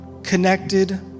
Connected